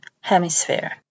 Hemisphere